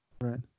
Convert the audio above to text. Right